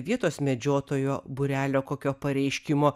vietos medžiotojo būrelio kokio pareiškimo